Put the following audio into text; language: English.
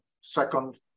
second